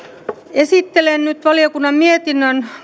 esittelen nyt valiokunnan mietinnön